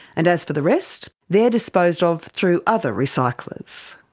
and as for the rest, they are disposed of through other recyclers.